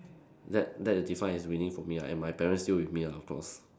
that that is defined as winning for me lah and my parents still with me lah of course